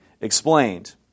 explained